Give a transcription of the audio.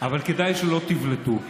אבל כדאי שלא תבלטו.